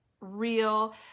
real